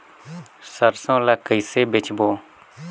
सरसो ला कइसे बेचबो?